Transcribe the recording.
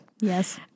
Yes